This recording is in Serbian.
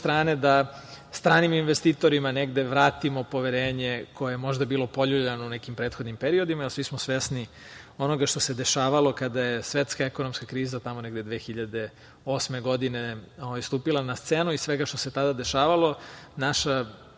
da stranim investitorima negde vratimo poverenje koje je možda bilo poljuljano u nekim prethodnim periodima, jer svi smo svesni onoga što se dešavalo kada je svetska ekonomska kriza tamo negde 2008. godine stupila na scenu i svega što se tada dešavalo. Naša